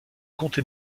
comté